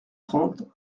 trente